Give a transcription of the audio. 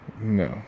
No